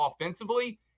offensively